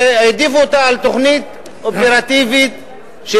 והעדיפו אותה על תוכנית אופרטיבית של